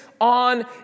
on